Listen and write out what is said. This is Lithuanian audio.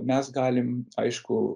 mes galim aišku